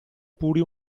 pure